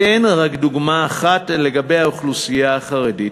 אתן רק דוגמה אחת לגבי האוכלוסייה החרדית: